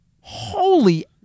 Holy